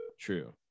True